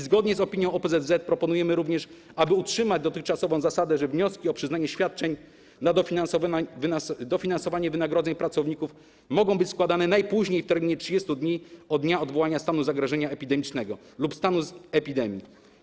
Zgodnie z opinią OPZZ proponujemy również, aby utrzymać dotychczasową zasadę, że wnioski o przyznanie świadczeń na dofinansowanie wynagrodzeń pracowników mogą być składane najpóźniej w terminie 30 dni od dnia odwołania stanu zagrożenia epidemicznego lub stanu epidemii.